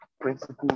principles